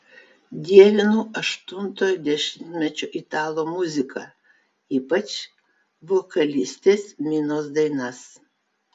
dievinu aštuntojo dešimtmečio italų muziką ypač vokalistės minos dainas